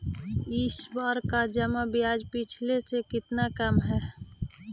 इस बार का जमा ब्याज पिछले से कितना कम हइ